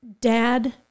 Dad